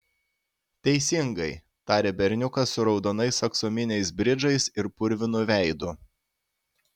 teisingai tarė berniukas su raudonais aksominiais bridžais ir purvinu veidu